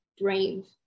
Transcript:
brave